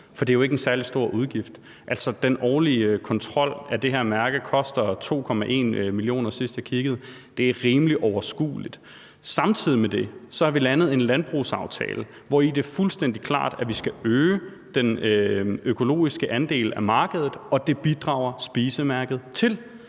for det er jo ikke en særlig stor udgift. Den årlige kontrol af det her mærke kostede 2,1 mio. kr., sidst jeg kiggede. Det er et rimelig overskueligt beløb. Samtidig med det har vi landet en landbrugsaftale, hvori det er fuldstændig klart, at vi skal øge den økologiske andel af markedet, og det bidrager spisemærket til.